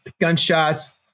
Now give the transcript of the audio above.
gunshots